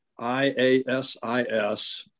IASIS